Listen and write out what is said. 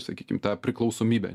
sakykim tą priklausomybę